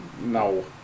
No